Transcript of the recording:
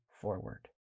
forward